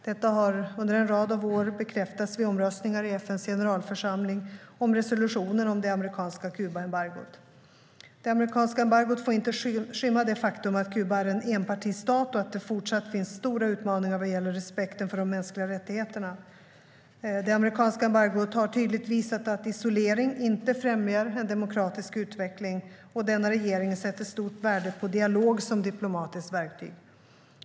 Detta har under en rad år bekräftats vid omröstningar i FN:s generalförsamling om resolutionen om det amerikanska Kubaembargot. Det amerikanska embargot får inte skymma det faktum att Kuba är en enpartistat och att det fortsatt finns stora utmaningar vad gäller respekten för de mänskliga rättigheterna. Det amerikanska embargot har tydligt visat att isolering inte främjar en demokratisk utveckling. Denna regering sätter stort värde på dialog som diplomatiskt verktyg.